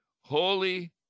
Holy